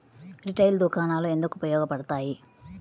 Retail దుకాణాలు ఎందుకు ఉపయోగ పడతాయి?